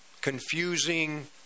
confusing